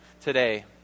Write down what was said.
today